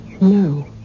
No